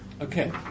Okay